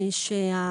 קצרות וממוקדות מאוד,